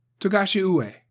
Togashi-ue